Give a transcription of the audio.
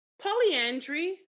polyandry